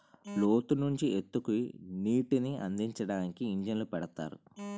లోతు నుంచి ఎత్తుకి నీటినందించడానికి ఇంజన్లు పెడతారు